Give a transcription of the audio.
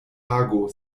ago